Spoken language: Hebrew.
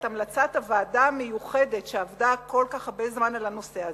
המלצת הוועדה המיוחדת שעבדה כל כך הרבה זמן על הנושא הזה,